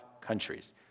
countries